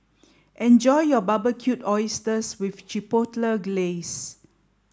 enjoy your Barbecued Oysters with Chipotle Glaze